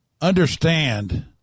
Understand